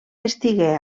estigué